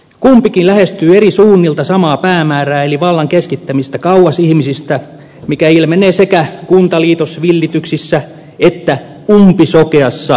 kumpikin lähestyy eri suunnilta samaa päämäärää eli vallan keskittämistä kauas ihmisistä mikä ilmenee sekä kuntaliitosvillityksissä että umpisokeassa eu hurmoksessa